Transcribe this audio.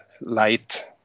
light